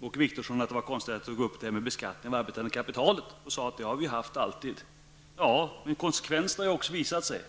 Åke Wictorsson att det var konstigt att jag tog upp frågan om beskattningen av det arbetande kapitalet, och sade att den har vi ju alltid haft. Ja. Men det har ju också fått konsekvenser.